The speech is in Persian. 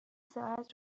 ساعت